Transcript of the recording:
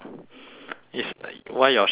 is like why your shark so funny [one]